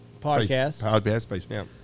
podcast